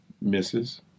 misses